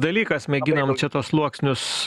dalykas mėginam čia tuos sluoksnius